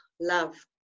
love